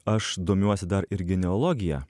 aš domiuosi dar ir genealogija